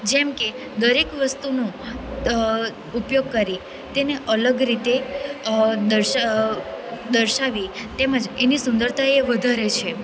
જેમકે દરેક વસ્તુનો ઉપયોગ કરી તેને અલગ રીતે દર્શા દર્શાવી તેમજ એની સુંદરતા એ વધારે છે